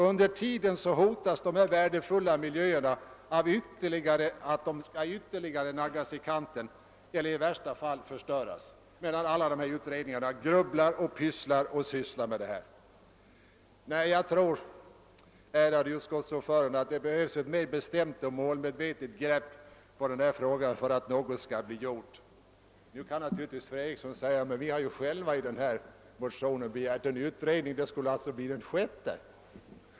Under tiden, medan alla dessa utredningar grubblar över och pysslar med den, hotas värdefulla miljöer av att ytterligare naggas i kanten eller i värsta fall förstöras. Nej, ärade utskottsordförande, jag anser att det behöver tas ett mera bestämt och målmedvetet grepp på denna fråga för att någonting skall bli gjort. Fru Eriksson i Stockholm kan naturligtvis säga att vi själva i motionen begärt en utredning — det skulle alltså bli den sjätte.